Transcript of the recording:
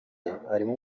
harimo